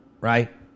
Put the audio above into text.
Right